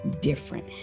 different